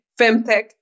Femtech